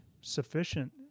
sufficient